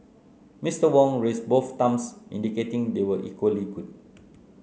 Mister Wong raised both thumbs indicating they were equally good